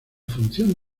función